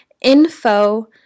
Info